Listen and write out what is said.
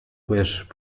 wish